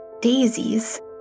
daisies